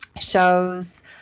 shows